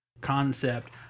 concept